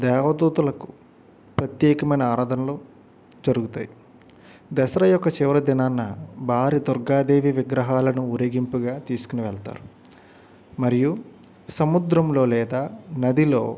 దేవదూతలకు ప్రత్యేకమైన ఆరాధనలు జరుగుతాయి దసరా యొక్క చివర దినాన భారి దుర్గాదేవి విగ్రహాలను ఊరేగింపుగా తీసుకొని వెళ్తారు మరియు సముద్రంలో లేదా నదిలో